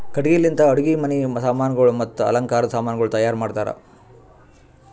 ಕಟ್ಟಿಗಿ ಲಿಂತ್ ಅಡುಗಿ ಮನಿ ಸಾಮಾನಗೊಳ್ ಮತ್ತ ಅಲಂಕಾರದ್ ಸಾಮಾನಗೊಳನು ತೈಯಾರ್ ಮಾಡ್ತಾರ್